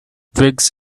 twigs